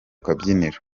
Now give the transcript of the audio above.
kabyiniro